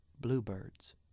bluebirds